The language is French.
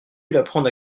l’apprendre